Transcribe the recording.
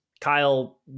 Kyle